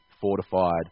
fortified